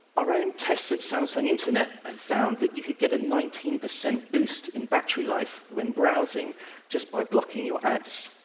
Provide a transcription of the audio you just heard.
our own tests at samsung internet have found that you can get a nineteen per cent boost in battery life when browsing just by blocking your ads.